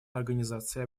организации